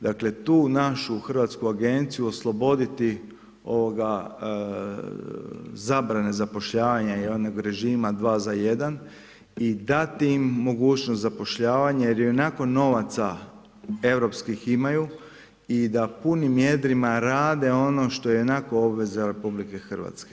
Dakle, tu našu hrvatsku agenciju osloboditi zabrane zapošljavanje i onog režima dva za jedan i dati im mogućnost zapošljavanja jer ionako novaca europskih imaju i da punim jedrima rade ono što je ionako obveza RH.